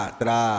tra